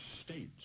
states